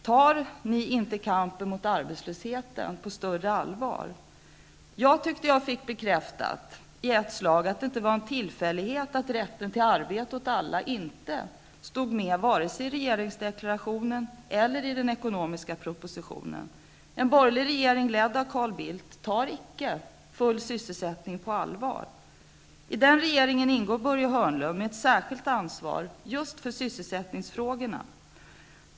Tar ni inte kampen mot arbetslösheten på större allvar? Jag tyckte att jag i ett slag fick bekräftat att det inte var en tillfällighet att rätten till arbete åt alla inte stod med vare sig i regeringsdeklarationen eller i den ekonomiska propositionen. En borgerlig regering, ledd av Carl Bildt, tar icke full sysselsättning på allvar. I den regeringen ingår Börje Hörnlund med ett särskilt ansvar just för sysselsättningsfrågorna.